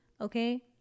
okay